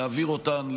להעביר אותן,